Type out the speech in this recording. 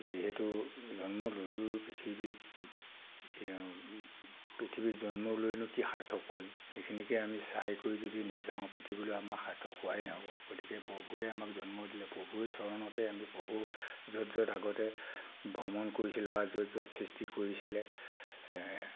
যিহেতু জন্ম ললোঁ পৃথিৱীত পৃথিৱীত জন্ম লৈনো কি সাৰ্থক কৰিম সেইখিনিকে আমি চাই কৰি যদি নেযাওঁ পৃথিৱীলৈ আমাৰ সাৰ্থক হোৱাই নহ'ব গতিকে প্ৰভুৱে আমাক জন্ম দিলে প্ৰভুৰ চৰণতে আমি প্ৰভু য'ত য'ত আগতে ভ্ৰমণ কৰিছিল বা য'ত য'ত সৃষ্টি কৰিছিলে